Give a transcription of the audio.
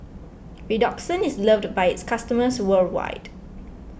Redoxon is loved by its customers worldwide